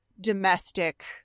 domestic